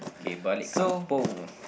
okay balik kampung